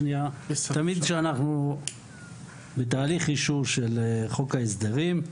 כשאנחנו נמצאים בתהליך האישור של חוק ההסדרים,